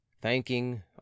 thanking